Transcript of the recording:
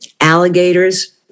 alligators